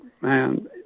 man